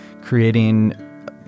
creating